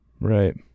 Right